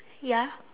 ya